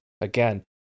Again